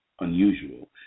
unusual